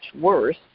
worse